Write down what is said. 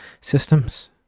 systems